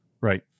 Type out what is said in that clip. right